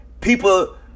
people